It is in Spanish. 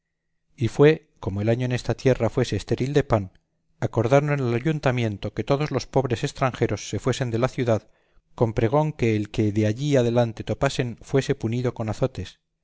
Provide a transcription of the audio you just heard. y fue como el año en esta tierra fuese estéril de pan acordaron el ayuntamiento que todos los pobres estranjeros se fuesen de la ciudad con pregón que el que de allí adelante topasen fuese punido con azotes